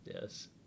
Yes